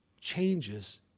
changes